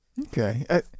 okay